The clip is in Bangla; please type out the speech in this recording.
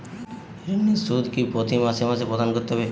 ঋণের সুদ কি প্রতি মাসে মাসে প্রদান করতে হবে?